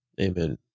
Amen